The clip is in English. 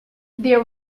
there